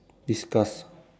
discuss